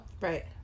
Right